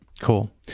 Cool